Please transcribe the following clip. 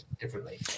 differently